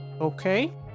okay